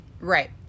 Right